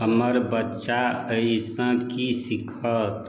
हमर बच्चा एहिसँ की सीखत